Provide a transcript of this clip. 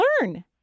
learn